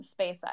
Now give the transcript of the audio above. SpaceX